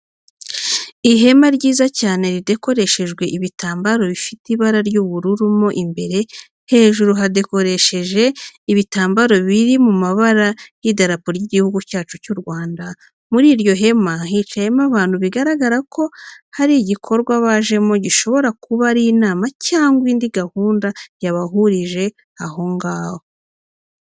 Ihema ryiza cyane ridekoreshejwe ibitambaro bifite ibara ry'ubururu mo imbere, hejuru bahadekoresheje ibitambaro biri mu mabara y'idarapo ry'Igihugu cyacu cy'u Rwanda. Muri iryo hema hicayemo abantu bigaragara ko hari igikorwa bajemo gishobora kuba ari inama cyangwa indi gahunda yabahurije aho ngaho.